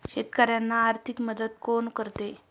शेतकऱ्यांना आर्थिक मदत कोण करते?